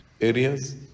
areas